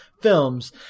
films